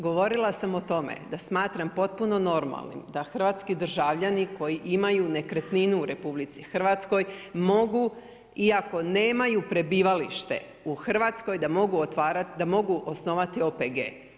Govorila sam o tome, da smatram potpuno normalnim, da hrvatski državljani koji imaju nekretninu u RH mogu iako nemaju prebivalište u Hrvatskoj, da mogu osnovati OPG.